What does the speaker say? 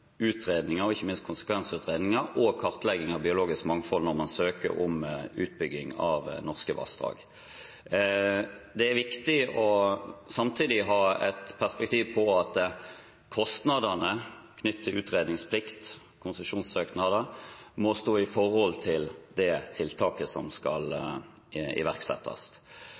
ikke minst konsekvensutredninger og kartlegging av biologisk mangfold, når man søker om utbygging av norske vassdrag. Det er viktig samtidig å ha et perspektiv på at kostnadene knyttet til utredningsplikt, konsesjonssøknader, må stå i forhold til det tiltaket som skal iverksettes.